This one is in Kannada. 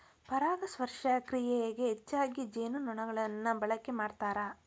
ಪರಾಗಸ್ಪರ್ಶ ಕ್ರಿಯೆಗೆ ಹೆಚ್ಚಾಗಿ ಜೇನುನೊಣಗಳನ್ನ ಬಳಕೆ ಮಾಡ್ತಾರ